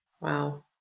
Wow